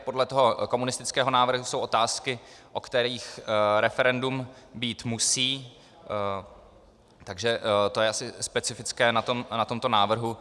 Podle toho komunistického návrhu jsou otázky, o kterých referendum být musí, takže to je asi specifické na tomto návrhu.